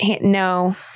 no